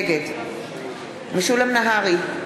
נגד משולם נהרי,